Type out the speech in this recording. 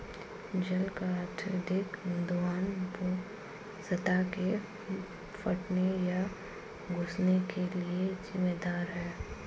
जल का अत्यधिक दोहन भू सतह के फटने या धँसने के लिये जिम्मेदार है